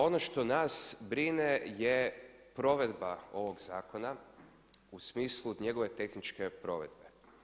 Ono što nas brine je provedba ovog zakona u smislu njegove tehničke provedbe.